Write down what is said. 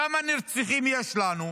כמה נרצחים יש לנו?